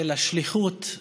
אלא שליחות,